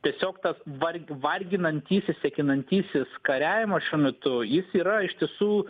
tiesiog tas var varginantysis sekinantysis kariavimas šiuo metu jis yra iš tiesų